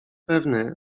pewny